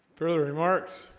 further remarks